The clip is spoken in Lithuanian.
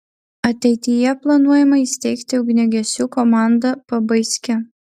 ateityje planuojama įsteigti ugniagesių komandą pabaiske